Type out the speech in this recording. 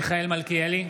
מלכיאלי,